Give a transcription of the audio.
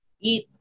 eat